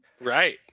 Right